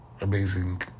Amazing